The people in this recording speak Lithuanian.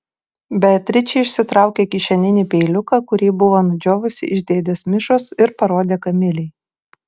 beatričė išsitraukė kišeninį peiliuką kurį buvo nudžiovusi iš dėdės mišos ir parodė kamilei